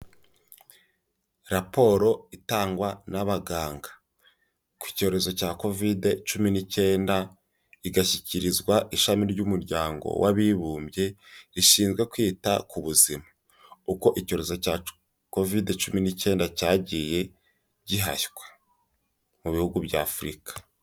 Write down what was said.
Raporo itangwa n'abaganga ku cyorezo cya Covide cumi n'icyenda, igashyikirizwa ishami ry'umuryango w'abibumbye rishinzwe kwita ku buzima, uko icyorezo cya Covide cumi n'icyenda cyagiye gihashywa mu bihugu by'Afurika.